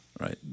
right